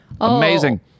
Amazing